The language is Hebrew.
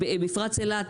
מפרץ אילת,